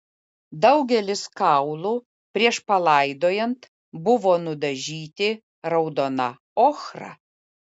daugelis kaulų prieš palaidojant buvo nudažyti raudona ochra